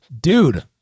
Dude